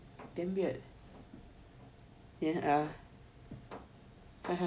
damn weird